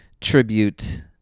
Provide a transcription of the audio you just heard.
tribute